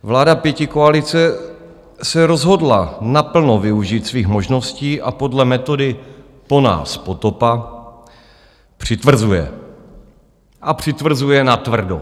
Vláda pětikoalice se rozhodla naplno využít svých možností a podle metody po nás potopa přitvrzuje, a přitvrzuje natvrdo.